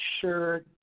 sure